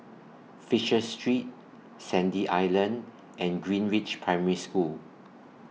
Fisher Street Sandy Island and Greenridge Primary School